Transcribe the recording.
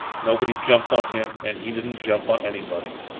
nobody jumped on him, and he didn't jump on anybody.